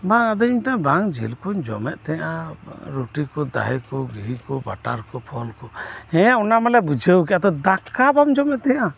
ᱵᱟᱝ ᱟᱫᱚᱧ ᱢᱮᱛᱟᱜ ᱠᱚᱣᱟ ᱵᱟᱝ ᱤᱞᱠᱩᱧ ᱡᱚᱢᱮᱫ ᱛᱟᱦᱮᱸᱜᱼᱟ ᱨᱩᱴᱤᱠᱩ ᱫᱟᱦᱤᱠᱩ ᱜᱷᱤᱠᱩ ᱵᱟᱴᱟᱨᱠᱩ ᱯᱷᱚᱞᱠᱩ ᱦᱮᱸ ᱚᱱᱟᱢᱟᱞᱮ ᱵᱩᱡᱷᱟᱹᱣ ᱠᱮᱫ ᱟᱫᱚ ᱫᱟᱠᱟ ᱵᱟᱢ ᱡᱚᱢᱮᱫ ᱛᱟᱦᱮᱸᱜᱼᱟ